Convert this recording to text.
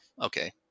okay